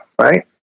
right